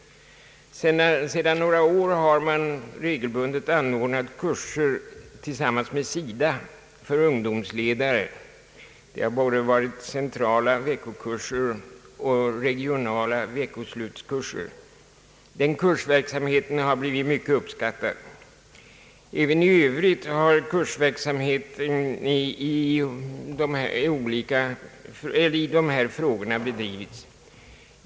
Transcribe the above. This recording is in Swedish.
Sedan några år har man tillsammans med SIDA regelbundet anordnat kurser för ungdomsledare. Det har varit både centrala veckokurser och regionala veckoslutskurser. Denna kursverksamhet har blivit mycket uppskattad. även i övrigt har kursverksamhet i dessa frågor bedrivits.